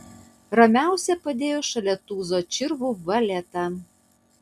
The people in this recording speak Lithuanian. ramiausiai padėjo šalia tūzo čirvų valetą